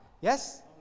Yes